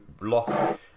lost